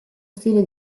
stile